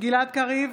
גלעד קריב,